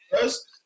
first